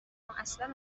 اصلا